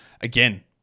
Again